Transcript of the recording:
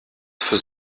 für